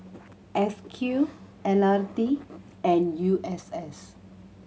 S Q L R T and U S S